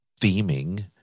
theming